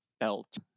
felt